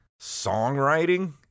songwriting